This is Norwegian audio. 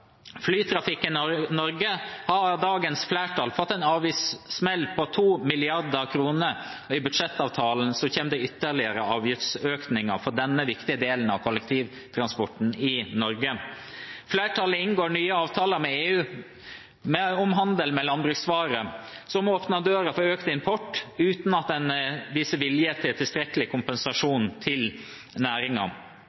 Flytrafikken i Norge har av dagens flertall fått en avgiftssmell på 2 mrd. kr, og i budsjettavtalen kommer det ytterligere avgiftsøkninger for denne viktige delen av kollektivtransporten i Norge. Flertallet inngår nye avtaler med EU om handel med landbruksvarer, som åpner døren for økt import uten at en viser vilje til tilstrekkelig